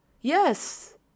Yes